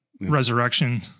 Resurrection